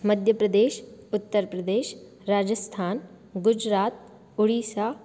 Madhya Pradesh Uttar Pradesh Rajasthan Gujarat Odisha